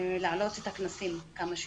להעלות את הקנסות כמה שיותר.